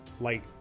light